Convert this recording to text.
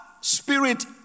spirit